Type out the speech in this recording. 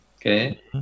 Okay